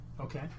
Okay